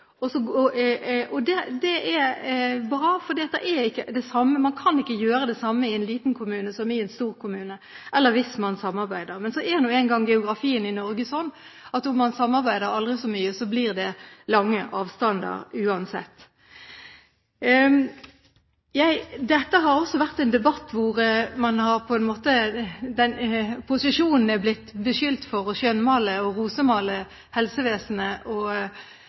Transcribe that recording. Det er bra, for man kan ikke gjøre det samme i en liten kommune som i en stor kommune – eller hvis man samarbeider. Men så er nå engang geografien i Norge sånn at om man samarbeider aldri så mye, blir det lange avstander uansett. Dette har også vært en debatt hvor posisjonen har blitt beskyldt for å skjønnmale og rosemale helsevesenet og